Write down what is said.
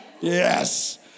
Yes